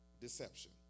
deception